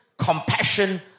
compassion